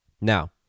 Now